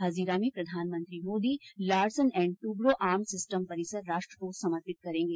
हजीरा में प्रधानमंत्री Modi Larsen and Toubro armoured system परिसर राष्ट्र को समर्पित करेंगे